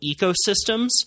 ecosystems